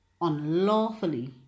unlawfully